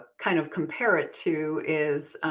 kind of compare it to is,